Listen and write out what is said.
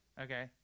Okay